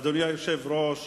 אדוני היושב-ראש,